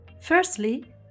Firstly